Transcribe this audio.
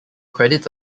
credits